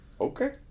Okay